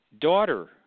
daughter